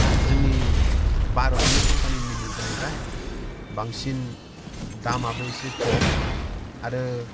जोंनि भारतनिनो कम्पानिनिनो जाहैबाय बांसिन दामाबो इसे खम आरो